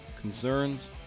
concerns